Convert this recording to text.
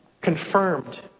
confirmed